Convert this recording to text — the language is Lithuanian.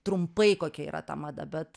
trumpai kokia yra ta mada bet